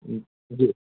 جی